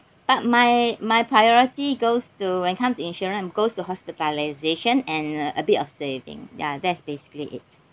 but my my priority goes to when comes to insurance goes to hospitalisation and a bit of saving ya that's basically it